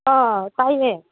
ꯑꯥ ꯇꯥꯏꯌꯦ